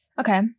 okay